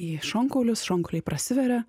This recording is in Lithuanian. į šonkaulius šonkauliai prasiveria